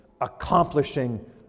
accomplishing